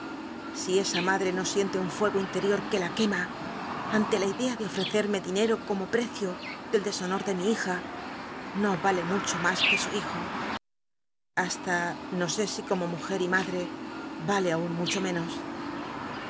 si esa madc no siente un fuego interior que la c uema ante la idea de ofrecerme dinco como pccio del deshono de mi hija no ale mucho mas que su hijo hasta no sé si como mujer y madc vale aun mucho menos